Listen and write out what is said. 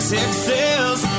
Texas